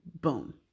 boom